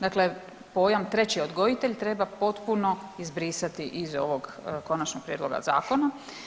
Dakle, poja treći odgojitelj treba potpuno izbrisati iz ovog konačnog prijedloga zakona.